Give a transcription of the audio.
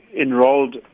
enrolled